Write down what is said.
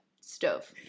stove